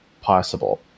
possible